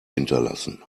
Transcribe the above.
hinterlassen